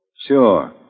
Sure